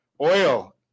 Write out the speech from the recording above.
Oil